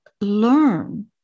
learn